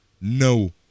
no